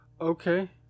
Okay